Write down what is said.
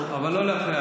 טוב, אבל לא להפריע.